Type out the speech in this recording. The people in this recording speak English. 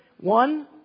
One